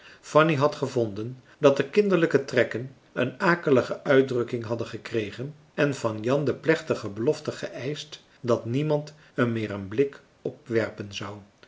fanny had gevonden dat de kinderlijke trekken een akelige uitdrukking hadden gekregen en van jan de plechtige belofte geëischt dat niemand er meer een blik op werpen zou